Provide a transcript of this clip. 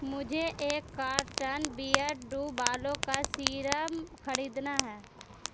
مجھے ایک carton Beardo بالوں کا سیرم خریدنا ہے